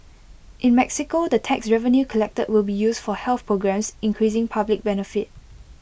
in Mexico the tax revenue collected will be used for health programmes increasing public benefit